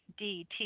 DT